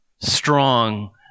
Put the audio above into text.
strong